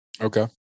Okay